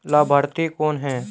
लाभार्थी कौन है?